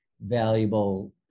valuable